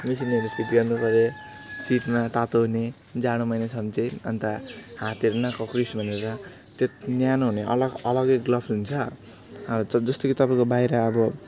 मसिनहरू फिट गर्नु पऱ्यो सिटमा तातो हुने जाडो महिना छ भने चाहिँ अन्त हातहरू नकक्रियोस् भनेर त्यो न्यानो हुने अलग अलगै ग्लोभ्स हुन्छ अब जस्तो कि तपाईँको बाहिर अब